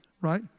right